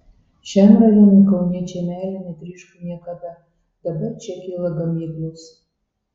šiam rajonui kauniečiai meile netryško niekada dabar čia kyla gamyklos